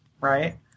right